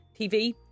TV